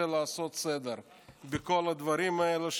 אני רוצה לעשות סדר פעם אחת בכל הדברים האלה,